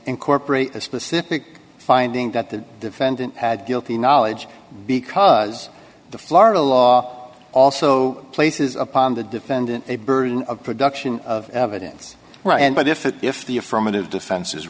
incorporate a specific finding that the defendant had guilty knowledge because the florida law also places upon the defendant a burden of production of evidence and but if it if the affirmative defense